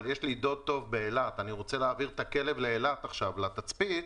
יש לו דוד באילת והוא רוצה להעביר את הכלב לתצפית באילת